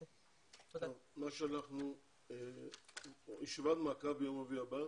טוב, ישיבת מעקב ביום רביעי הבא.